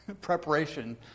preparation